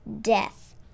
death